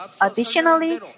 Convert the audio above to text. Additionally